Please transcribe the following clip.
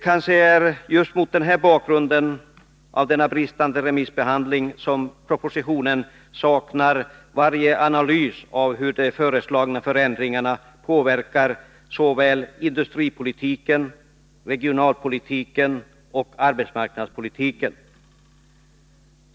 Kanske är det just mot bakgrunden av denna bristande remissbehandling som propositionen saknar varje analys av hur de föreslagna förändringarna påverkar industripolitiken, regionalpolitiken och arbetsmarknadspolitiken.